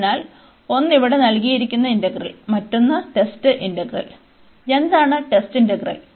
അതിനാൽ ഒന്നു ഇവിടെ നൽകിയിരിക്കുന്ന ഇന്റഗ്രൽ മറ്റൊന്ന് ടെസ്റ്റ് ഇന്റഗ്രൽ എന്താണ് ടെസ്റ്റ് ഇന്റഗ്രൽ